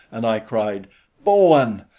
and i cried bowen!